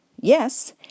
yes